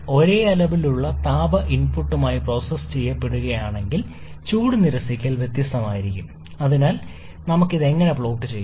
ഒരേ അളവിലുള്ള താപ ഇൻപുട്ട് പ്രോസസ്സ് ചെയ്യുക പക്ഷേ ചൂട് നിരസിക്കൽ വ്യത്യസ്തമായിരിക്കാം അതിനാൽ നമുക്ക് ഇത് എങ്ങനെ പ്ലോട്ട് ചെയ്യാം